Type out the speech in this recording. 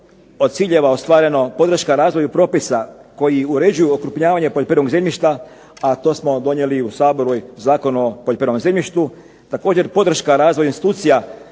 od ciljeva ostvareno podrška razvoju propisa koji uređuju okrupnjavanje poljoprivrednog zemljišta, a to smo donijeli u Saboru Zakon o poljoprivrednom zemljištu. Također podrška razvoju institucija